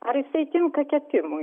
ar jisai tinka kepimui